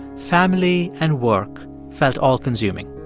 family and work felt all-consuming